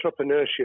entrepreneurship